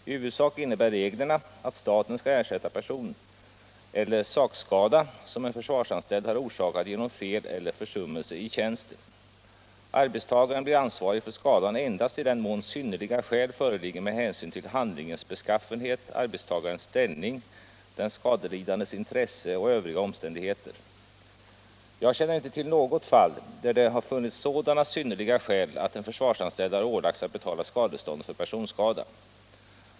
I huvudsak innebär reglerna att staten skall ersätta person eller sakskada som en försvarsanställd har orsakat genom fel eller försummelse i tjänsten. Arbetstagaren blir ansvarig för skadan endast i den mån synnerliga skäl föreligger med hänsyn till handlingens beskaffenhet, arbetstagarens ställning, den skadelidandes intresse och övriga omständigheter. Jag känner inte till något fall där det har funnits sådana synnerliga skäl att en försvarsanställd har ålagts att betala skadestånd för personskada.